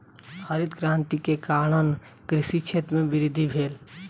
हरित क्रांति के कारण कृषि क्षेत्र में वृद्धि भेल